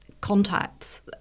contacts